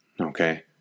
Okay